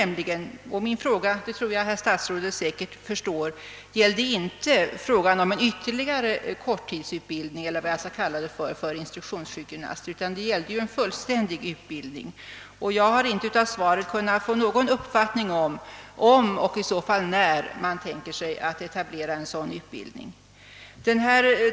Min fråga — det tror jag att herr statsrådet förstår — gällde inte en yt terligare korttidsutbildning för instruktionssjukgymnaster utan en fullständig utbildning. Jag har inte av svaret kunnat få någon uppfattning om huruvida och i så fall när man tänker sig att etablera en sådan utbildning.